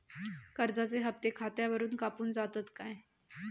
कर्जाचे हप्ते खातावरून कापून जातत काय?